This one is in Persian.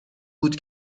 بود